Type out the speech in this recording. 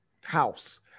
House